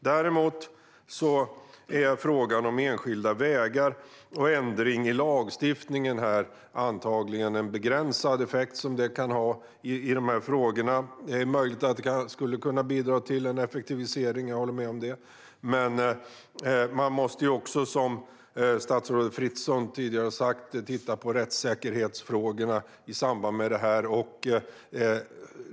När det gäller frågan om enskilda vägar kan en ändring i lagstiftningen antagligen ha en begränsad effekt. Det är möjligt att det skulle kunna bidra till en effektivisering. Jag håller med om det. Men man måste också, som statsrådet Fritzon tidigare har sagt, titta på rättssäkerhetsfrågorna i samband med det här.